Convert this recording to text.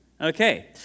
Okay